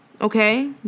okay